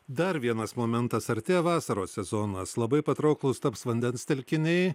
dar vienas momentas artėja vasaros sezonas labai patrauklūs taps vandens telkiniai